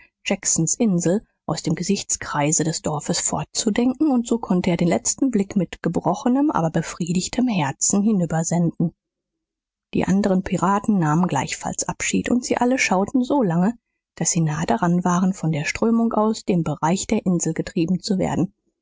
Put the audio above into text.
jacksons insel aus dem gesichtskreise des dorfes fortzudenken und so konnte er den letzten blick mit gebrochenem aber befriedigtem herzen hinübersenden die anderen piraten nahmen gleichfalls abschied und sie alle schauten solange daß sie nahe daran waren von der strömung aus dem bereich der insel getrieben zu werden